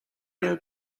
bêl